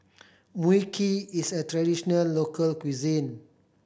Mui Kee is a traditional local cuisine